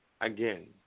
again